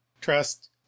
trust